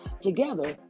Together